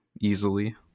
easily